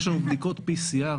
יש לנו בדיקות PCR,